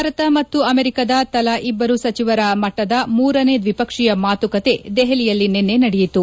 ಭಾರತ ಮತ್ತು ಅಮೆರಿಕದ ತಲಾ ಇಬ್ಬರು ಸಚಿವರ ಮಟ್ಟದ ಮೂರನೇ ದ್ವಿಪಕ್ಷೀಯ ಮಾತುಕತೆ ದೆಹಲಿಯಲ್ಲಿ ನಿನ್ನೆ ನಡೆಯಿತು